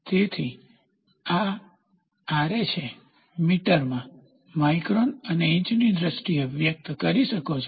તેથી આછે મીટર મા માઇક્રોન અને ઇંચ ની દ્રષ્ટિએ વ્યક્ત કરી શકો છો